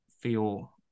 feel